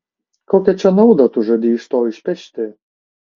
kokią čia naudą tu žadi iš to išpešti